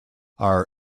are